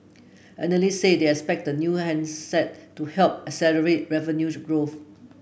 analysts said they expect the new handset to help accelerate revenue growth